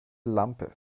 lampe